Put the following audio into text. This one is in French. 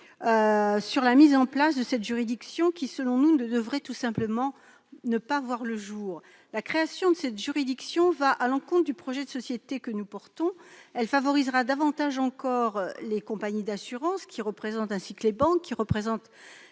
car, selon nous, cette juridiction ne devrait tout simplement pas voir le jour. La création de cette juridiction va à l'encontre du projet de société que nous portons. Elle favorisera davantage encore les compagnies d'assurances ainsi que les banques, qui émettent